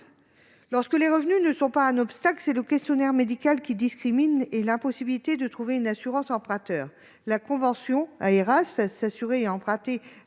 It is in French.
Lorsque les revenus ne sont pas un obstacle, c'est le questionnaire médical qui discrimine, par le biais de l'impossibilité de trouver une assurance emprunteur. La convention Aeras- s'assurer et emprunter